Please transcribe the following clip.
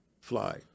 fly